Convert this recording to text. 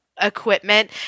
equipment